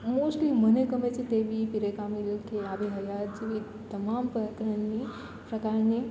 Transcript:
mostly મને ખબર છે તેવી કામિલ કે આબે હયાત જેવી તમામ પ્રકરણની પ્રકારની